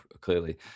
clearly